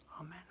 Amen